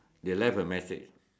they left a message